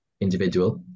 individual